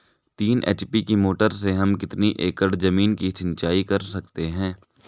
तीन एच.पी की मोटर से हम कितनी एकड़ ज़मीन की सिंचाई कर सकते हैं?